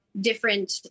different